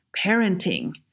parenting